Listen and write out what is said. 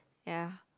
ya